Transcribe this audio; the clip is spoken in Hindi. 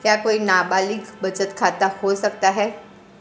क्या कोई नाबालिग बचत खाता खोल सकता है?